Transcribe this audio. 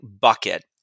bucket